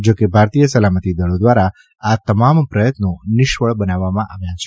જા કે ભારતીય સલામતિદળી દ્વારા આ તમામ પ્રયત્નો નિષ્ફળ બનાવવામાં આવ્યા છે